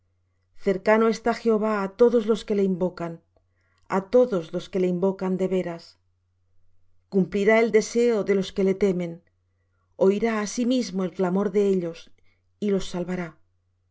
cercano está jehová á todos los que le invocan a todos los que le invocan de veras cumplirá el deseo de los que le temen oirá asimismo el clamor de ellos y los salvará